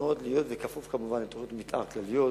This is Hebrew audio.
וכפוף כמובן לתוכניות מיתאר כלליות,